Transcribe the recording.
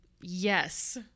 Yes